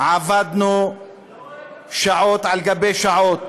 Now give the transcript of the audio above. עבדנו שעות על שעות